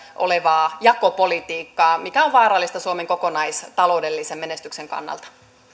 olevaa jakopolitiikkaa mikä on vaarallista suomen kokonaistaloudellisen menestyksen kannalta